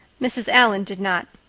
mrs. allan did not.